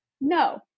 No